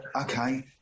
Okay